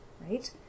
right